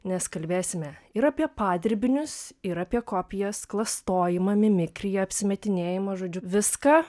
nes kalbėsime ir apie padirbinius ir apie kopijas klastojimą mimikriją apsimetinėjimą žodžiu viską